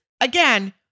Again